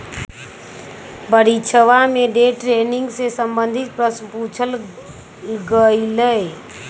परीक्षवा में day trading से संबंधित प्रश्न पूछल गय लय